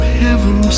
heaven